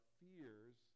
fears